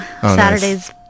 Saturdays